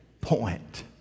point